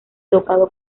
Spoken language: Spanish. tocado